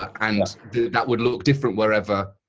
and that would look different wherever